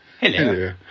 Hello